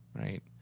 Right